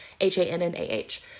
H-A-N-N-A-H